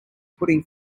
putting